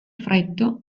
freddo